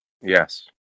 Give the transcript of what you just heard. Yes